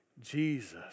Jesus